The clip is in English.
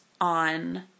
on